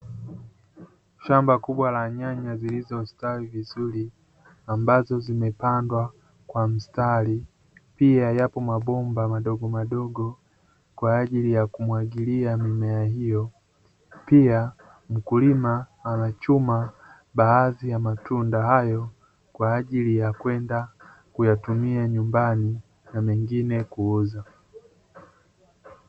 Shamba kubwa la nyanya zilizostawi vizuri, ambazo zimepandwa kwa mstari pia yapo mabomba madogomadogo, kwaajili ya kumwagilia mimea hiyo, pia mkulima anachuma baadhi ya matunda hayo kwaajili ya kwenda kuyatumia nyumbani na mengine kuuza.